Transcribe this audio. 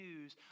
news